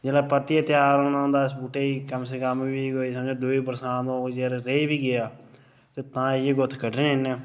जेल्लै परतियै त्यार होना होंदा ऐ उस बूह्टे गी कम से कम बी कोई समझो दूई बरसांत होग जेकर रेही बी गेआ तां जाइयै ग्रोथ कड्ढनी उ'न्नै